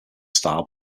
style